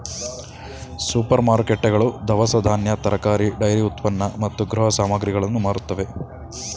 super ಮಾರುಕಟ್ಟೆಗಳು ದವಸ ಧಾನ್ಯ, ತರಕಾರಿ, ಡೈರಿ ಉತ್ಪನ್ನ ಮತ್ತು ಗೃಹ ಸಾಮಗ್ರಿಗಳನ್ನು ಮಾರುತ್ತವೆ